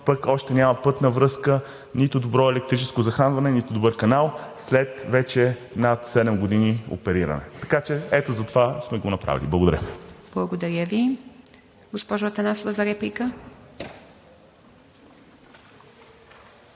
пък още няма пътна връзка, нито добро електрическо захранване, нито добър канал след вече над седем години опериране. Така че ето затова сме го направили. Благодаря. ПРЕДСЕДАТЕЛ ИВА МИТЕВА: Благодаря Ви. Госпожо Атанасова – за реплика.